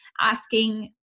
asking